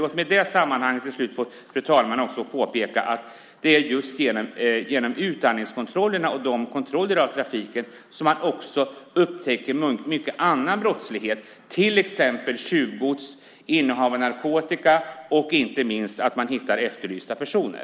Låt mig till slut påpeka att det är genom utandningskontrollerna och kontrollen av trafiken som man upptäcker mycket annan brottslighet, till exempel tjuvgods och innehav av narkotika och man hittar efterlysta personer.